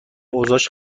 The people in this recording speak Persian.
اوضاش